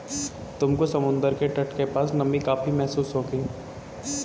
तुमको समुद्र के तट के पास नमी काफी महसूस होगी